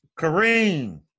Kareem